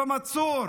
במצור,